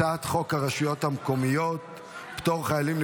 הצעת חוק הרשויות המקומיות (פטור חיילים,